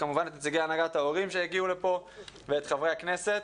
כמובן את נציגי הנהגת ההורים שהגיעו לפה ואת חברי הכנסת.